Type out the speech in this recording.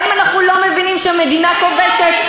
האם אנחנו לא מבינים שמדינה כובשת,